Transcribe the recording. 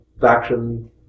faction